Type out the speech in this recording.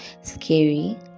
scary